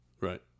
Right